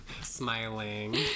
Smiling